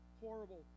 horrible